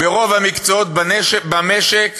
ברוב המקצועות במשק